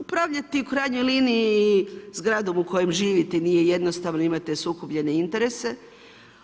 Upravljati u krajnjoj liniji zgradom u kojoj živite nije jednostavno, imate sukobljene interese,